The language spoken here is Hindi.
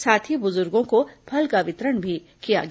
साथ ही बुजुर्गों को फल का वितरण भी किया गया